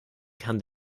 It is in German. kann